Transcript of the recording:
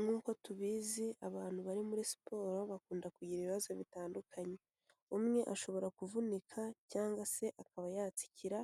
Nk'uko tubizi abantu bari muri siporo bakunda kugira ibibazo bitandukanye. Umwe ashobora kuvunika cyangwa se akaba yatsikira,